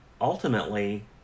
ultimately